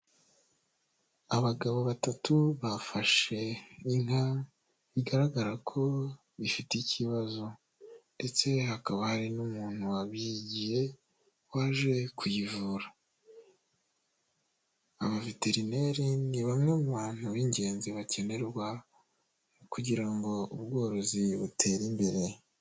Abagabo batatu bafashe inka bigaragara ko ifite ikibazo ndetse hakaba hari n'umuntu wabyigiye waje kuyivura. Abaveterineri ni bamwe mu bantu b'ingenzi bakenerwa kugira ngo ubworozi butere imbere.